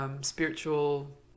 spiritual